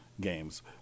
games